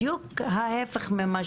בדיוק ההיפך ממה